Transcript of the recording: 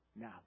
now